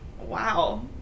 wow